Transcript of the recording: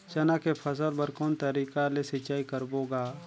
चना के फसल बर कोन तरीका ले सिंचाई करबो गा?